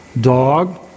dog